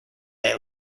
they